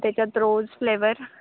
त्याच्यात rose flavour